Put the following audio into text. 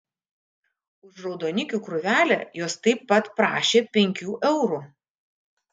už raudonikių krūvelę jos taip pat prašė penkių eurų